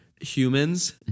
Humans